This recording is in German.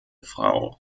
frau